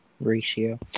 ratio